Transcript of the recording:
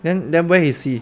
then then where is he